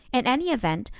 in any event,